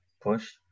push